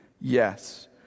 Yes